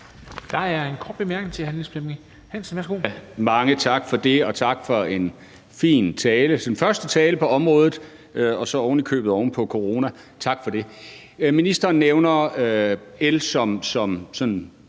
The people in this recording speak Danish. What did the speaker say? Niels Flemming Hansen (KF): Mange tak for det, og tak for en fin tale, ministerens første tale på området, og så ovenikøbet oven på corona. Tak for det. Ministeren nævner el som sådan